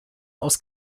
aus